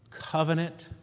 covenant